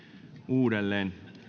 uudelleen